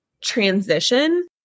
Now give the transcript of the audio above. transition